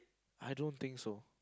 I don't think so